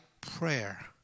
prayer